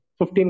15